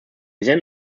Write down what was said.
then